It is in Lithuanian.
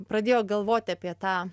pradėjo galvot apie tą